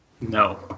No